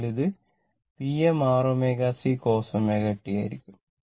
അതിനാൽ ഇത് Vm r ω C cos ω t ആയിരിക്കും